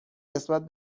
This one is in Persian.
نسبت